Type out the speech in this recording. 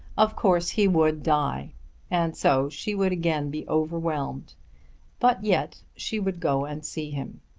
of course he would die and so she would again be overwhelmed but yet she would go and see him.